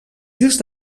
just